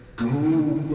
goo